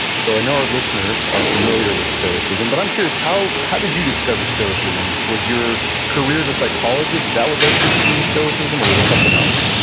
so, i know our listeners are familiar with stoicism, but i'm curious, how how did you discover stoicism? was your career as a psychologist, is that what led you to stoicism, or was it something else?